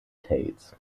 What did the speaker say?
tales